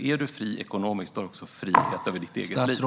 Är du fri ekonomiskt är du också fri att leva ditt eget liv.